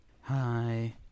Hi